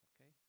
Okay